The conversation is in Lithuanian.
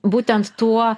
būtent tuo